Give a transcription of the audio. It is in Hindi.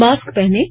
मास्क पहनें